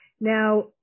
Now